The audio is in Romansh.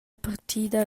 partida